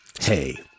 hey